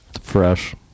Fresh